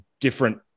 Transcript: different